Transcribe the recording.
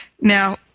Now